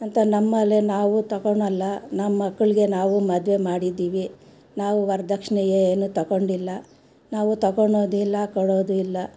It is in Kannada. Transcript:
ಅಂತ ನಮ್ಮಲ್ಲೆ ನಾವು ತಗೋಳೊಲ್ಲಾ ನಮ್ಮ ಮಕ್ಳಿಗೆ ನಾವು ಮದುವೆ ಮಾಡಿದ್ದೀವಿ ನಾವು ವರದಕ್ಷಿಣೆ ಏನೂ ತಗೊಂಡಿಲ್ಲ ನಾವು ತೆಗೋಳೊದಿಲ್ಲ ಕೊಡೋದೂಯಿಲ್ಲ